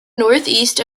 northeast